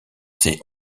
ses